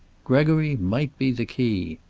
gregory might be the key.